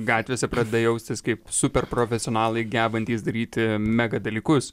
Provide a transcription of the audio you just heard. gatvėse pradeda jaustis kaip super profesionalai gebantys daryti mega dalykus